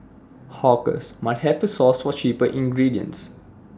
hawkers might have to source for cheaper ingredients